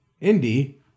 Indy